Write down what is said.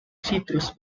citrus